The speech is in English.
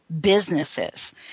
businesses